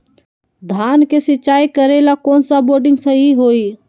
धान के सिचाई करे ला कौन सा बोर्डिंग सही होई?